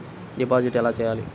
Deposit ఎలా చెయ్యాలి?